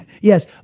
Yes